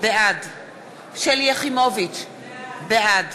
בעד שלי יחימוביץ, בעד